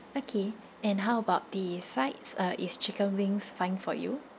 okay and how about the sides uh is chicken wings fine for you